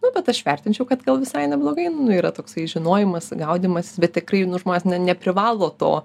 nu bet aš vertinčiau kad gal visai neblogai nu yra toksai žinojimas gaudymasis bet tikrai nu žmonės ne neprivalo to